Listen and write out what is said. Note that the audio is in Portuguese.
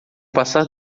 passar